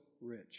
rich